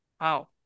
Wow